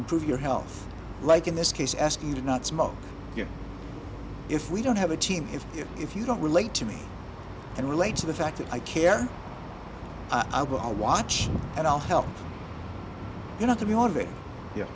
improve your health like in this case asking you to not smoke if we don't have a team if you if you don't relate to me and relate to the fact that i care i will watch and i'll help you not to be